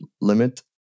limit